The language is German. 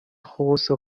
große